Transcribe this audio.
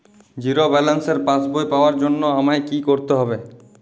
Zero ব্যালেন্সের পাসবই পাওয়ার জন্য আমায় কী করতে হবে?